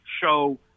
show